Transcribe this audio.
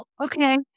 Okay